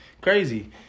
crazy